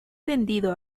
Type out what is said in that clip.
tendido